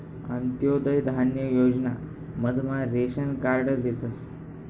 अंत्योदय धान्य योजना मधमा रेशन कार्ड देतस